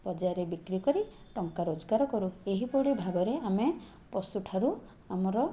ବଜାରରେ ବିକ୍ରି କରି ଟଙ୍କା ରୋଜଗାର କରୁ ଏହିପରି ଭାବରେ ଆମେ ପଶୁଠାରୁ ଆମର